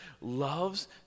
loves